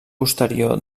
posterior